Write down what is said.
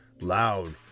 loud